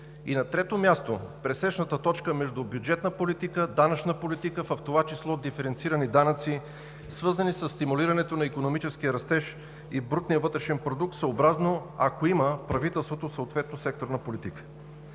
И на трето място, пресечната точка между бюджетна политика, данъчна политика, в това число диференцирани данъци, свързани със стимулирането на икономическия растеж и брутния вътрешен продукт, е съобразно, ако правителството има съответно секторна политика.